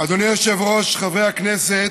אדוני היושב-ראש, חברי הכנסת,